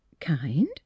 Kind